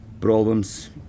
problems